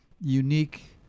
unique